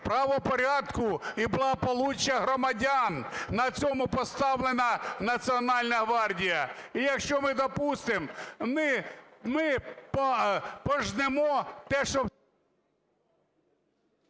правопорядку і благополуччя громадян. На цьому поставлена Національна гвардія. І якщо ми допустимо, ми пожнемо те, що…